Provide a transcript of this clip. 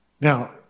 Now